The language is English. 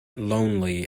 lonely